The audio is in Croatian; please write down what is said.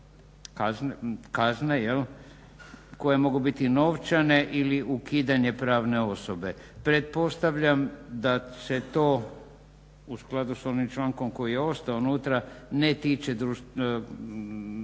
kazne koje mogu biti novčane ili ukidanje pravne osobe. Pretpostavljam da se to u skladu sa onim člankom koji je ostao unutra, ne tiče organa